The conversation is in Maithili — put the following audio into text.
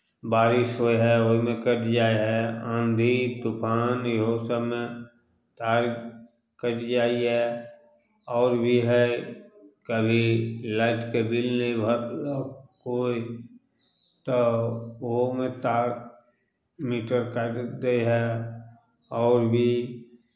बारिश होइ हए ओहिमे कटि जाइ हए आँधी तूफान इहो सभमे लाइन कटि जाइए आओर भी हइ कभी लाइटके बिल नहि भरलक कोइ तऽ ओहोमे तार मीटर काटि दै हए आओर भी